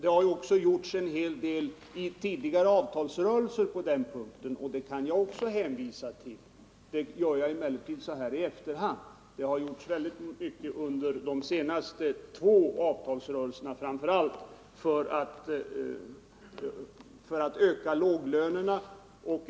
Det har också gjorts en hel del i tidigare avtalsrörelser på den här punkten; det kan jag hänvisa till så här i efterhand. Speciellt har det gjorts väldigt mycket under de senaste två avtalsrörelserna för att höja låglönerna.